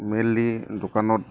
mainly দোকানত